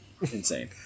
insane